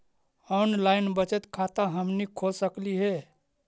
Online बचत खाता हमनी खोल सकली हे?